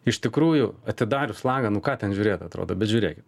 iš tikrųjų atidarius langą nu ką ten žiūrėt atrodo bet žiūrėkit